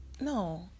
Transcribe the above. No